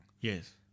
Yes